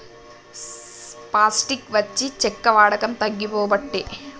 plastic వచ్చి చెక్క వాడకం తగ్గిపోబట్టే